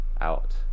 out